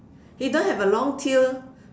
he don't have a long tail